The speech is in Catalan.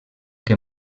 que